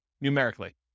numerically